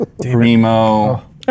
Primo